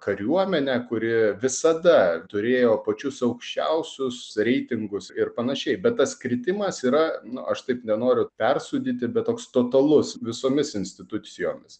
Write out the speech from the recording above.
kariuomene kurie visada turėjo pačius aukščiausius reitingus ir panašiai bet tas kritimas yra nu aš taip nenoriu persūdyti bet toks totalus visomis institucijomis